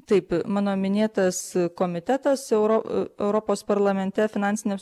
taip mano minėtas komitetas euro europos parlamente finansiniams